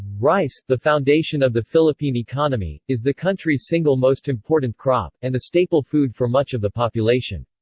rice, the foundation of the philippine economy, is the country's single most important crop, and the staple food for much of the population.